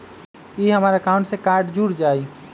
ई हमर अकाउंट से कार्ड जुर जाई?